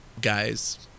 guys